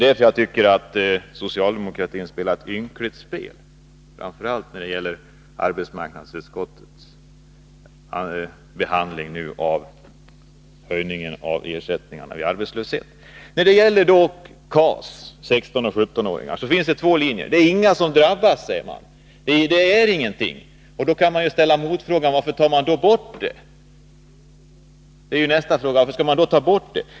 Därför tycker jag att socialdemokratin har spelat ett ynkligt spel, framför allt när det gäller arbetsmarknadsutskottets behandling av höjning av ersättningarna vid arbetslöshet. Beträffande KAS och 16-17-åringarna finns det två linjer. Det är inga som drabbas, säger man. Men då kan man fråga sig varför somliga vill ta bort det här instrumentet.